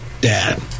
dad